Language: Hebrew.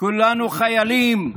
כולנו חיילים,